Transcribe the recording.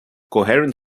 coherent